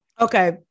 okay